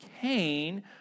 Cain